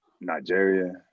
Nigeria